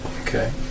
Okay